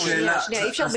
אני אומר שוב